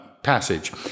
passage